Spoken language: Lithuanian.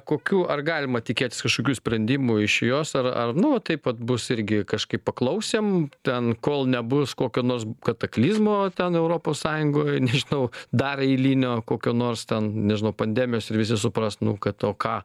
kokių ar galima tikėtis kažkokių sprendimų iš jos ar ar nu taip vat bus irgi kažkaip paklausėm ten kol nebus kokio nors kataklizmo ten europos sąjungoj nežinau dar eilinio kokio nors ten nežinau pandemijos ir visi supras nu kad o ką